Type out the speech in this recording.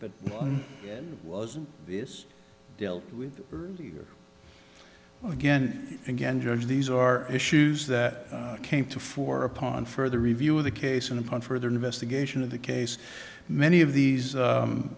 but was this dealt with again and again judge these are issues that came to four upon further review of the case and upon further investigation of the case many of these